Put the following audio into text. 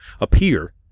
appear